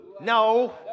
No